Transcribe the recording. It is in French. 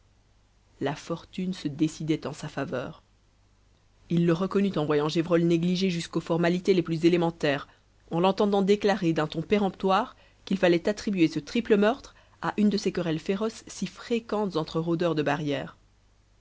la fortune se décidait en sa faveur il le reconnut en voyant gévrol négliger jusqu'aux formalités les plus élémentaires en l'entendant déclarer d'un ton péremptoire qu'il fallait attribuer ce triple meurtre à une de ces querelles féroces si fréquentes entre rôdeurs de barrières